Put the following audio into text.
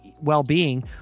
well-being